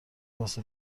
واسه